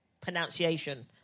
pronunciation